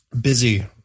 Busy